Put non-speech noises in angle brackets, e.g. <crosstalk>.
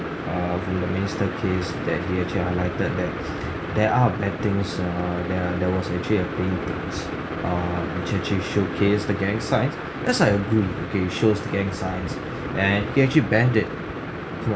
err from the minister case that he actually highlighted that <breath> there are bad things err there are there was actually uh paintings err which actually showcase the gang signs that's like okay shows the gang signs and he actually banned it